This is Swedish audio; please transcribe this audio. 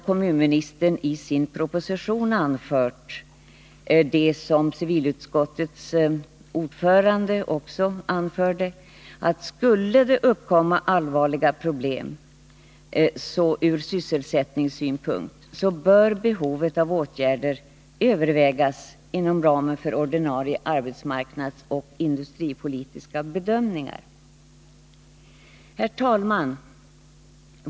Kommunministern har ju i sin proposition anfört det som civilutskottets ordförande också framhöll, nämligen att skulle det uppkomma allvarliga problem ur sysselsättningssynpunkt, bör behovet av åtgärder övervägas inom ramen för ordinarie arbetsmarknadsoch industripolitiska bedömningar. Herr talman!